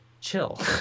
chill